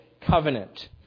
covenant